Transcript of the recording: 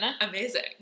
Amazing